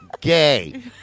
gay